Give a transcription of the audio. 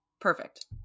Perfect